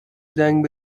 زنگ